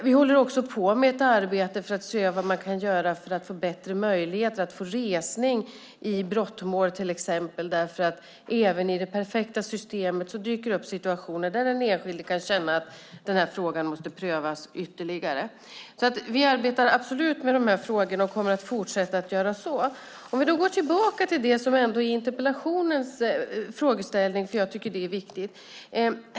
Vi håller också på med ett arbete för att se över vad man kan göra för att få bättre möjligheter att få resning i till exempel brottmål. Även i det perfekta systemet dyker det upp situationer där den enskilde kan känna att frågan måste prövas ytterligare. Vi arbetar absolut med dessa frågor och kommer att fortsätta att göra det. Vi går tillbaka till det som ändå är interpellationens frågeställning, eftersom jag tycker att den är viktig.